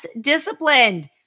disciplined